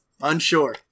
Unsure